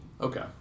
Okay